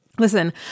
Listen